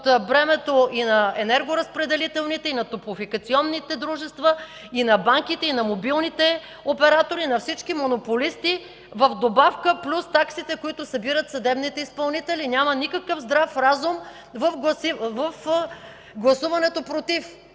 под бремето и на енергоразпределителните, и на топлофикационните дружества, и на банките, и на мобилните оператори, и на всички монополисти, в добавка плюс таксите, които събират съдебните изпълнители? Няма никакъв здрав разум в гласуването „против”